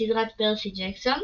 לסדרת פרסי ג'קסון